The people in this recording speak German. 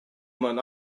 mein